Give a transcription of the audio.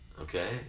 okay